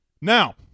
Now